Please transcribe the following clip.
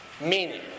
Meaning